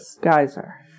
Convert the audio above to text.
geyser